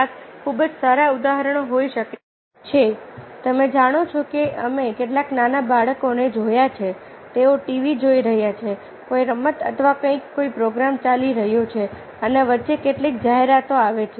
કેટલાક ખૂબ જ સારા ઉદાહરણો હોઈ શકે છે કે તમે જાણો છો કે અમે કેટલાક નાના બાળકોને જોયા છે તેઓ ટીવી જોઈ રહ્યા છે કોઈ રમત અથવા કંઈક કોઈ પ્રોગ્રામ ચાલી રહ્યો છે અને વચ્ચે કેટલીક જાહેરાતો આવે છે